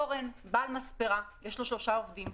אורן הוא בעל מספרה ויש לו שלושה עובדים.